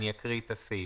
אני אקריא את הסעיף.